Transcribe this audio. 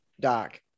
Doc